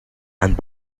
and